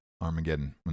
Armageddon